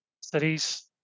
cities